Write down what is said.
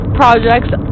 projects